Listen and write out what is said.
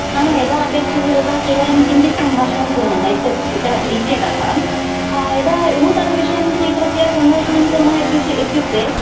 नाम यदा अपेक्षते तदा केवलं किञ्चित् सम्भाषणं कुर्मः इत इत्य इत्यतः यदा नूतनविषयं स्वीकृत्य सम्भाषणं कुर्मः इत्यु इत्युक्ते